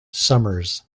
summers